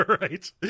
Right